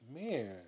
Man